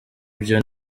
byo